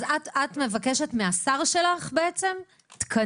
אז את מבקשת מהשר שלך תקנים?